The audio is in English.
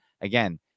again